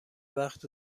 وقت